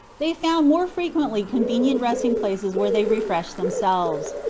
they found more frequently convenient resting-places where they refreshed themselves.